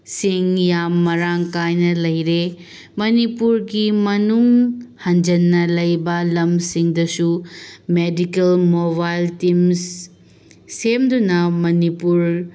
ꯁꯤꯡ ꯌꯥꯝ ꯃꯔꯥꯡ ꯀꯥꯏꯅ ꯂꯩꯔꯦ ꯃꯅꯤꯄꯨꯔꯒꯤ ꯃꯅꯨꯡ ꯍꯟꯖꯤꯟꯅ ꯂꯩꯕ ꯂꯝꯁꯤꯡꯗꯁꯨ ꯃꯦꯗꯤꯀꯦꯜ ꯃꯣꯕꯥꯏꯜ ꯇꯤꯝ ꯁꯦꯝꯗꯨꯅ ꯃꯅꯤꯄꯨꯔ